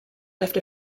left